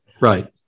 Right